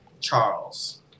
Charles